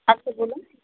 আচ্ছা বলুন